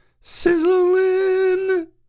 sizzling